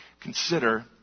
consider